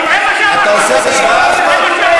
אתה עושה השוואה, אחמד?